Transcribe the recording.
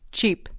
Cheap